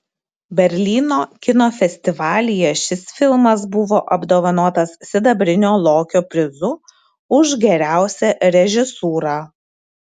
berlyno kino festivalyje šis filmas buvo apdovanotas sidabrinio lokio prizu už geriausią režisūrą